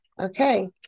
okay